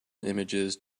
images